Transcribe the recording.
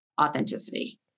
authenticity